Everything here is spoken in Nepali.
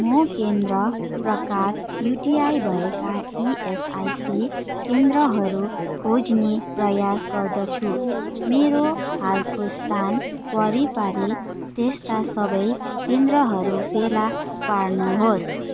म केन्द्र प्रकार युटिआई भएका इएसआइसी केन्द्रहरू खोज्ने प्रयास गर्दछु मेरो हालको स्थान वरिपरि त्यस्ता सबै केन्द्रहरू फेला पार्नुहोस्